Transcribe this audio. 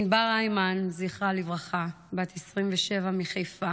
ענבר הימן, זכרה לברכה, בת 27 מחיפה,